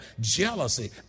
Jealousy